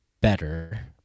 better